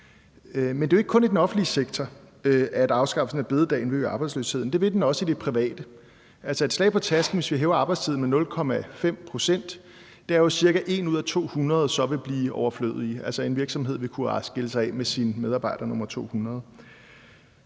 Men det er jo ikke kun i den offentlige sektor, at afskaffelsen af store bededag vil øge arbejdsløsheden – det vil den også i den private sektor. Et slag på tasken er, at hvis vi hæver arbejdstiden med 0,5 pct., betyder det, at så vil 1 ud af 200 blive overflødig, altså vil en virksomhed kunne skille sig af med sin medarbejder nr. 200,